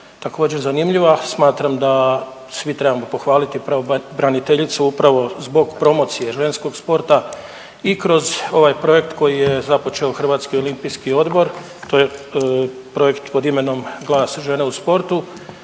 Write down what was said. također zanimljiva. Smatram da svi trebamo pohvaliti pravobraniteljicu upravo zbog promocije ženskog sporta i kroz ovaj projekt koji je započeo HOO, to je projekt pod imenom „Gleda se žena u sportu“